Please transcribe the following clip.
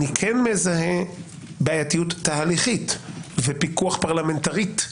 אני כן מזהה בעייתיות תהליכית ופיקוח פרלמנטרית,